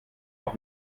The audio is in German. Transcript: auch